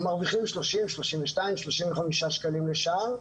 הם מרוויחים 30, 32, 35 שקלים לשעה.